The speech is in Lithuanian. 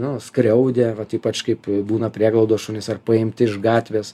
nu skriaudė vat ypač kaip būna prieglaudos šunys ar paimti iš gatvės